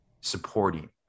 supporting